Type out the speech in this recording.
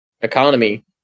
economy